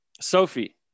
Sophie